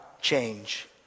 change